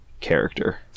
character